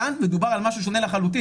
כאן מדובר על משהו שונה לחלוטין,